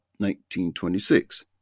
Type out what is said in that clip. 1926